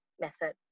method